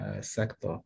sector